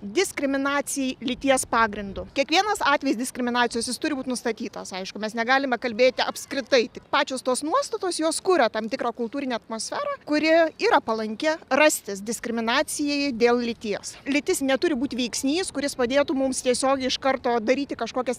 diskriminacijai lyties pagrindu kiekvienas atvejis diskriminacijos turi būti nustatytas aišku mes negalime kalbėti apskritai tik pačios tos nuostatos jos kuria tam tikrą kultūrinę atmosferą kuri yra palanki rastis diskriminacijai dėl lyties lytis neturi būti veiksnys kuris padėtų mums tiesiogiai iš karto daryti kažkokias